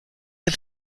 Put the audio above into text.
del